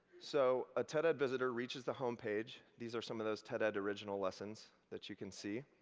so, a ted-ed visitor reaches the home page these are some of those ted-ed original lessons that you can see